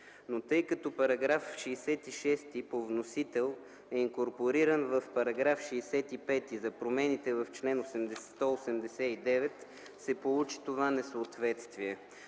Но тъй като § 66 по вносител е инкорпориран в § 65, за промените в чл. 189 се получи това несъответствие.